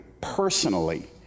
personally